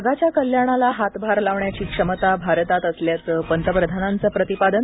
जगाच्या कल्याणाला हातभार लावण्याची क्षमता भारतात असल्याचं पंतप्रधानांचं प्रतिपादन